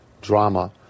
drama